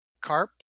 carp